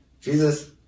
Jesus